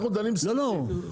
אנחנו דנים לפי סעיף,